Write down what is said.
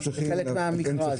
זה חלק מהמכרז.